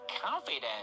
confident